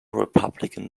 republican